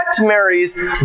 Mary's